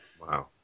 Wow